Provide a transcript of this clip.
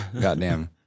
Goddamn